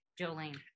Jolene